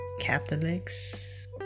Catholics